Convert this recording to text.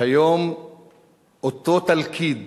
והיום אותו תלכיד,